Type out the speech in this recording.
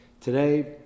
Today